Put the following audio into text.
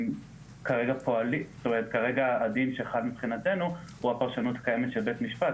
כרגע הדין שחל מבחינתנו הוא הפרשנות הקיימת של בית משפט,